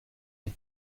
est